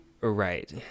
Right